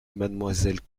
mademoiselle